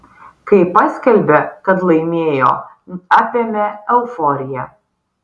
kai paskelbė kad laimėjo apėmė euforija